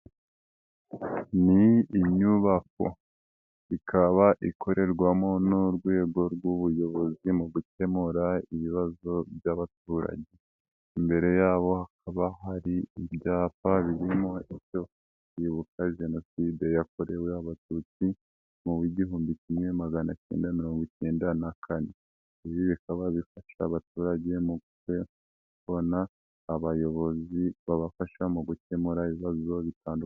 Ni inyubako ikaba ikorerwamo n'urwego rw'ubuyobozi mu gukemura ibibazo by'abaturage, imbere yabo haba hari ibyapa birimo icyo kwibuka jenoside yakorewe abatutsi muw'igihumbi kimwe maganakenda mirongo ikenda na kane, ibi bikaba bifasha abaturage mubona abayobozi babafasha mu gukemura ibibazo bitandukanye.